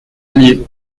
allier